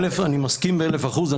אני מסכים באלף אחוז.